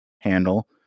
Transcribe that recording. handle